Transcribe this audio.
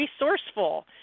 resourceful